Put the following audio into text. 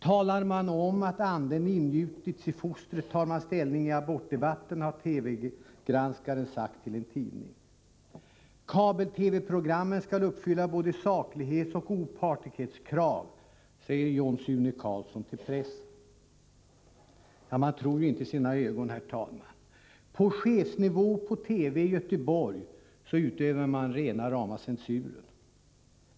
Talar man om att ”anden ingjutits i fostret, tar man ställning i abortfrågan”, har en TV-granskare sagt till en tidning. ”Kabel-TV-programmen skall uppfylla både saklighetsoch opartiskhetskrav”, säger John Sune Carlson till pressen. Man tror inte sina öron. På chefsnivå på TV i Göteborg utövar man rena rama censuren.